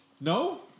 No